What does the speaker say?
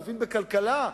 מבין בכלכלה,